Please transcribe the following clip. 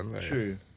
True